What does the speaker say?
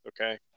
Okay